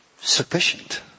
sufficient